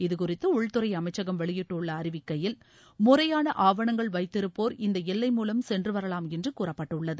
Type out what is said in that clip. இதுகுறித்து உள்துறை அமைச்சகம் வெளியிட்டுள்ள அறிவிக்கையில் முறையான ஆவணங்கள் வைத்திருப்போா் இந்த எல்லை மூலம் சென்று வரலாம் என்று கூறப்பட்டுள்ளது